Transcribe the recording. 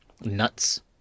nuts